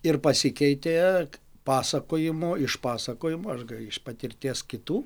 ir pasikeitė pasakojimų iš pasakojimų iš patirties kitų